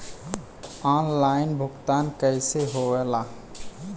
Online भुगतान कैसे होए ला?